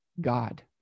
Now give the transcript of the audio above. God